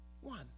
one